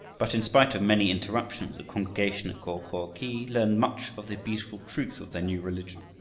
but, in spite of many interruptions, the congregation at go-ko-khi learned much of the beautiful truth of their new religion.